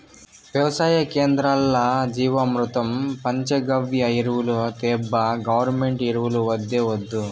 వెవసాయ కేంద్రాల్ల జీవామృతం పంచగవ్య ఎరువులు తేబ్బా గవర్నమెంటు ఎరువులు వద్దే వద్దు